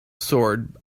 sword